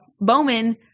Bowman